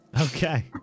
Okay